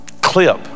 clip